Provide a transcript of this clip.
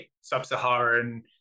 sub-Saharan